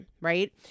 right